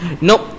Nope